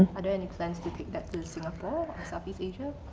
and any plans to take that to singapore, or southeast asia?